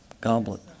goblet